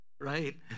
right